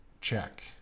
check